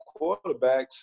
quarterbacks